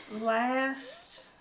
Last